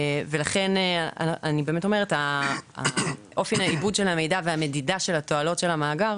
ולכן אני אומרת שאופן העיבוד של המידע והמדידה של התועלות של המאגר,